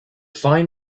fine